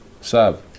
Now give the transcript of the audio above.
Sab